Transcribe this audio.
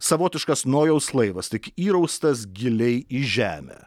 savotiškas nojaus laivas tik įraustas giliai į žemę